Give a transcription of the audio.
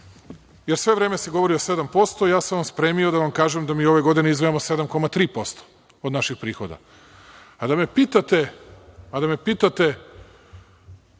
jer sve vreme se govori o 7%, a ja sam vam spremio da vam kažem da mi ove godine izdvajamo 7,3% od naših prihoda. Da me pitate kako i